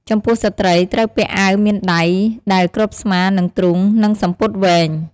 ចំពោះស្ត្រីត្រូវពាក់អាវមានដៃដែលគ្របស្មា និងទ្រូង និងសំពត់វែង។